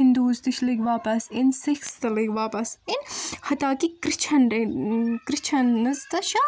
Hindus تہِ لٔگۍ واپس اِن سکھٕس تہِ لٔگۍ واپس اِن حتا کہِ کِرچن کِرچنٕز تہِ چھِ